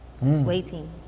Waiting